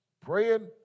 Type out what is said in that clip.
Praying